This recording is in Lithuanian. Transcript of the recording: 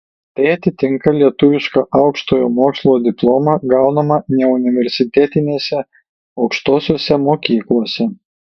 tai atitinka lietuvišką aukštojo mokslo diplomą gaunamą neuniversitetinėse aukštosiose mokyklose